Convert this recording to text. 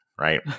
right